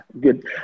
good